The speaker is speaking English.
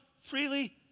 freely